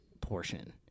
portion